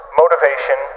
motivation